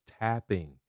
tapping